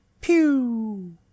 pew